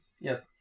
yes